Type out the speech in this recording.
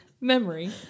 memory